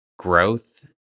growth